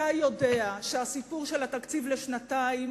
אתה יודע שהסיפור של התקציב לשנתיים,